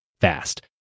fast